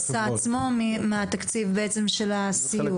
מהמסע עצמו, מהתקציב בעצם של הסיור?